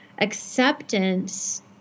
acceptance